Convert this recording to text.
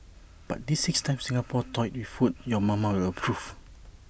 but these six times Singapore toyed with food your mama will approve